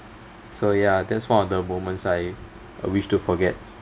so ya that's one of the moments I wish to forget